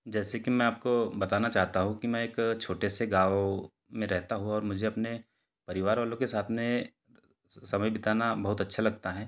जैसे कि मैं आपको बताना चाहता हूँ कि मैं एक छोटे से गाँव में रहता हूँ और मुझे अपने परिवार वालों के साथ में समय बिताना बहुत अच्छा लगता है